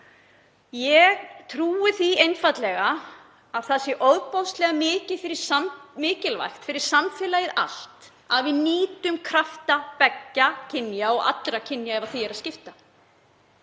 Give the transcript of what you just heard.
Ég trúi því einfaldlega að það sé ofboðslega mikilvægt fyrir samfélagið allt að við nýtum krafta beggja kynja og allra kynja ef því er að skipta.